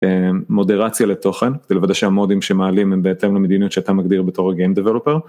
מודרציה לתוכן, זה לוודא שהמודים שמעלים הם בהתאם למדיניות שאתה מגדיר בתור ה-Game Developer.